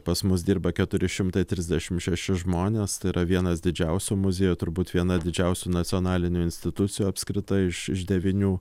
pas mus dirba keturi šimtai trisdešim šeši žmonės tai yra vienas didžiausių muziejų turbūt viena didžiausių nacionalinių institucijų apskritai iš iš devynių